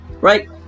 right